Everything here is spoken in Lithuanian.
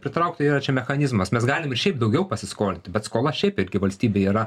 pritraukti yra čia mechanizmas mes galim ir šiaip daugiau pasiskolinti bet skola šiaip irgi valstybei yra